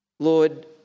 Lord